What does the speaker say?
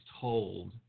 told